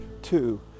two